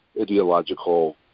ideological